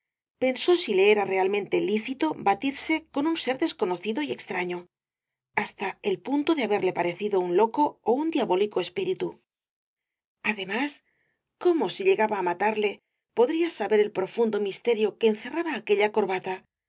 pensó si le era realmente lícito batirse con un ser desconocido y extraño hasta el punto de haberle parecido un loco ó un diabólico espíritu además cómo si llegaba á matarle podría saber el profundo misterio que encerraban aquella corbata